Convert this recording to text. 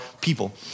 people